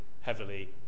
heavily